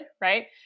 right